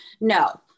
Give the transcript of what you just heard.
No